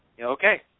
Okay